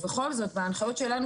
בכל זאת בהנחיות שלנו,